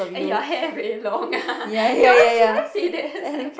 eh your hair very long ah you always she always say that